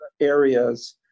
areas